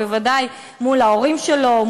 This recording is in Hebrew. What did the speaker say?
בוודאי מול ההורים שלו,